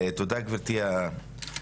תודה גברתי היו"ר.